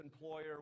employer